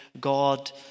God